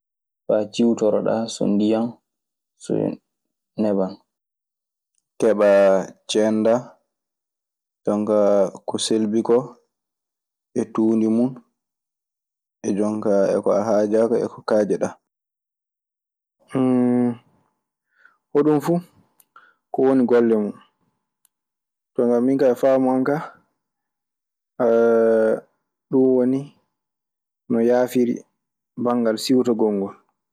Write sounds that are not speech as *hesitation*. Faa ciwtoro ɗaa so ndiyam so neban. Keeɓaa ceendaa jon kaa ko selbi koo; e tuundi mun e jon kaa; e ko a haajaaka e ko kaajeɗaa. *hesitation* Hoɗun fuu ko woni golle mun. Jonkaa min kaa faamu an kaa *hesitation* ɗun woni no yaafiri banngal siiwtagol ngol.